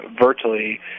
virtually